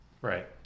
Right